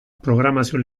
programazio